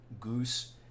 goose